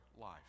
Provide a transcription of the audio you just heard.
life